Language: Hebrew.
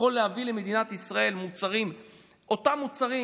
ויכול להביא למדינת ישראל אותם מוצרים,